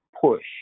PUSH